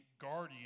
guardian